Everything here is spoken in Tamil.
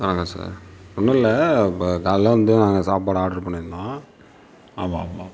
வணக்கம் சார் ஒன்னுமில்ல இப்போ காலைல வந்து நாங்கள் சாப்பாடு ஆர்டர் பண்ணியிருந்தோம் ஆமாம் ஆமாம்